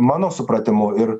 mano supratimu ir